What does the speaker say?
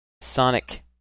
sonic